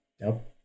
nope